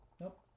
Nope